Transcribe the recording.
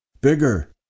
Bigger